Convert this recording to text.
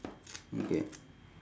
mm K